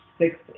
six